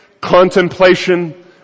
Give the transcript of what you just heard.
contemplation